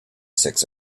six